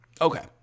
Okay